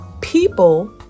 people